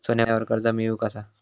सोन्यावर कर्ज मिळवू कसा?